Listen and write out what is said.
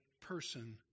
person